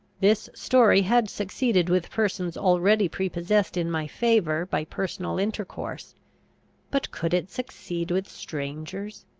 this story had succeeded with persons already prepossessed in my favour by personal intercourse but could it succeed with strangers?